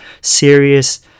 serious